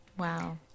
Wow